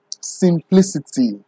simplicity